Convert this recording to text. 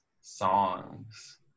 songs